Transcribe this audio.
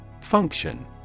Function